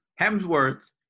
Hemsworth